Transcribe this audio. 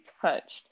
touched